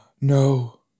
No